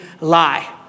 lie